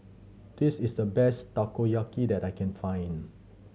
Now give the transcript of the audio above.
this is the best Takoyaki that I can find